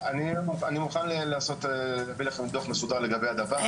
אני מוכן לתת לכם דו"ח מסודר לגבי הדבר הזה.